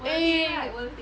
eh